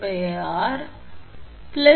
96 120 2